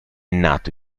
nato